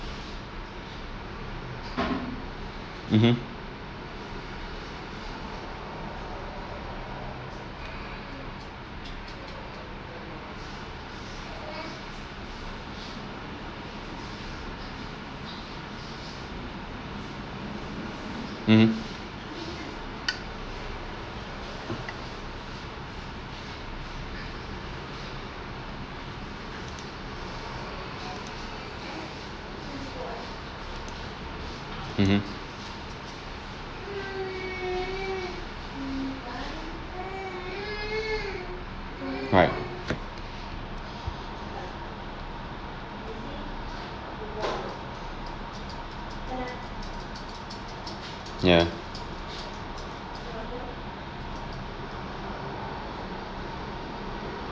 mmhmm mmhmm mmhmm right ya